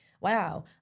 wow